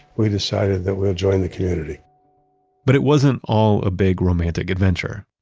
we decided that we'll join the community but it wasn't all a big romantic adventure.